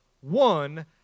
one